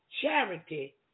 charity